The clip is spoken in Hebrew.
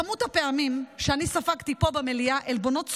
כמות הפעמים שאני ספגתי פה במליאה עלבונות צורבים,